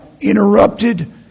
interrupted